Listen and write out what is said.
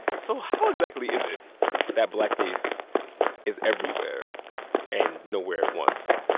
so how exactly is it that blackface is everywhere and nowhere at once?